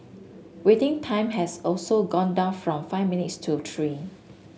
waiting time has also gone down from five minutes to three